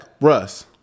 Russ